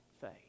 faith